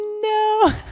No